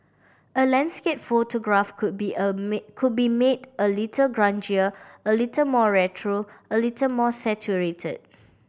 a landscape photograph could be a made could be made a little grungier a little more retro a little more saturated